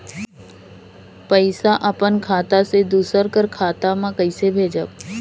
पइसा अपन खाता से दूसर कर खाता म कइसे भेजब?